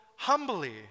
Humbly